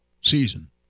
season